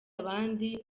abandi